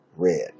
Red